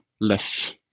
less